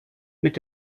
mit